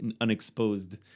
unexposed